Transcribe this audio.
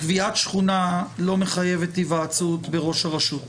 קביעת שכונה לא מחייבת היוועצות בראש הרשות.